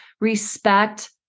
respect